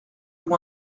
vous